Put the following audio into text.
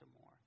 more